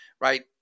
right